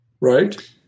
right